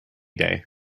day